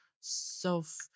self